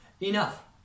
Enough